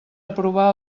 aprovar